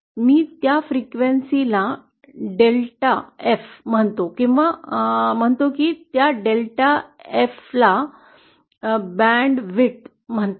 मी त्या फ्रिक्वेन्सीला delta F म्हणतो किंवा म्हणतो की त्या डेल्टा एफ ला बँडची रुंदी म्हणतात